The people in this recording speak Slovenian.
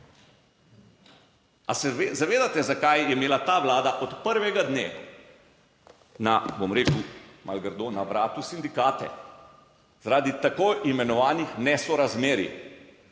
se zavedate, zakaj je imela ta Vlada od prvega dne na, bom rekel, malo grdo na vratu sindikate, zaradi tako imenovanih nesorazmerij.